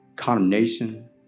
condemnation